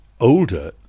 older